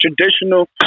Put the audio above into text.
traditional